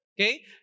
okay